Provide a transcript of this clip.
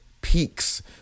peaks